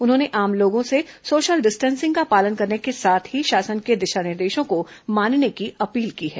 उन्होंने आम लोगों से सोशल डिस्टेंसिंग का पालन करने के साथ ही शासन के दिशा निर्देशों को मानने की अपील की है